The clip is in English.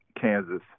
Kansas